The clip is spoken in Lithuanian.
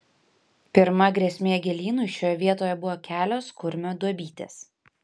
pirma grėsmė gėlynui šioje vietoje buvo kelios kurmio duobytės